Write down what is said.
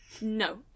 No